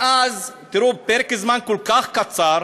מאז, תראו, בפרק זמן כל כך קצר,